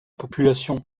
population